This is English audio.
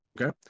Okay